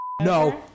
No